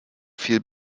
viel